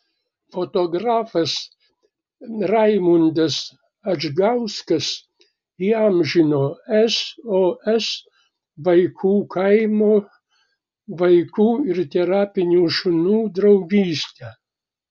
fotografas raimundas adžgauskas įamžino sos vaikų kaimo vaikų ir terapinių šunų draugystę